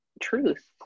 truth